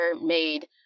made